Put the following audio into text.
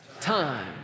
time